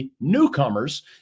newcomers